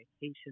vacation